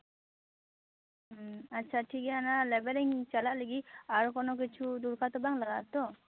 ᱦᱩᱸ ᱟᱪᱪᱷᱟ ᱴᱷᱤᱠᱜᱮᱭᱟ ᱚᱱᱟ ᱞᱮᱵᱮᱞᱤᱧ ᱪᱟᱞᱟᱜ ᱞᱟᱹᱜᱤᱫ ᱟᱨ ᱠᱚᱱᱳ ᱠᱤᱪᱷᱩ ᱫᱚᱨᱠᱟᱨ ᱛᱚ ᱵᱟᱝ ᱞᱟᱜᱟᱜᱼᱟ ᱛᱚ